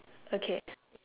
okay